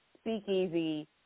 speakeasy